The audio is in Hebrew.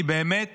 אני באמת